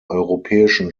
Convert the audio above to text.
europäischen